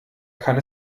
kann